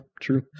true